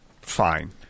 Fine